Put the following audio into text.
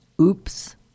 Oops